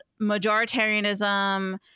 majoritarianism